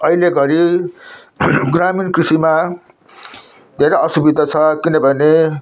अहिले घरी ग्रामीण कृषिमा धेरै असुविधा छ किनभने